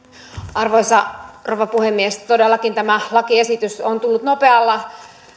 arvoisa rouva puhemies todellakin tämä lakiesitys on tullut nopealla